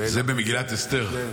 זה במגילת אסתר.